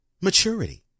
Maturity